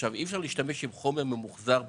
אי אפשר להשתמש בחומר ממוחזר בלבד.